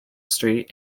street